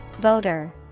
Voter